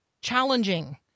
challenging